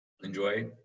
enjoy